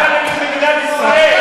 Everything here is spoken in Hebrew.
אתה נגד מדינת ישראל.